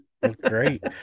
great